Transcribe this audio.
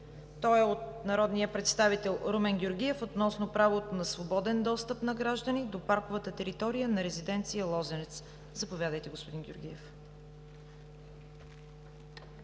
Той е от народния представител Румен Георгиев, относно правото на свободен достъп на граждани до парковата територия на резиденция „Лозенец“. Заповядайте, господин Георгиев.